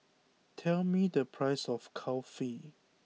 tell me the price of Kulfi